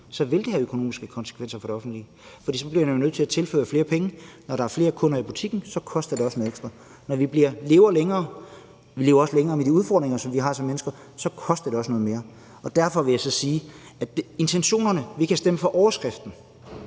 Så vil det have økonomiske konsekvenser for det offentlige, for så bliver man nemlig nødt til at tilføre flere penge. Når der er flere kunder i butikken, koster det også noget ekstra. Når vi lever længere – vi lever også længere med de udfordringer, vi som mennesker har – så koster det også noget mere. Og derfor vil jeg sige i forhold til intentionerne, at vi kan stemme for overskriften,